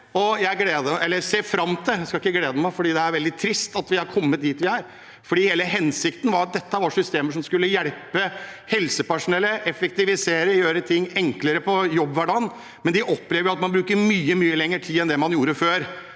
Dette er kjempealvorlig, og det er veldig trist at vi er kommet dit vi er. Hele hensikten var at disse systemene skulle hjelpe helsepersonellet, effektivisere og gjøre ting enklere i jobbhverdagen, men de opplever at man bruker mye, mye lengre tid enn man gjorde før,